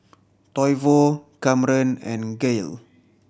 Toivo Camren and Gael